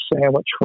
sandwich